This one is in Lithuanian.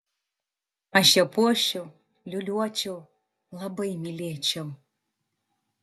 aš ją puoščiau liūliuočiau labai mylėčiau